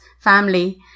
family